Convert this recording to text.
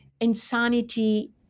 insanity